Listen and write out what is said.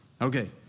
Okay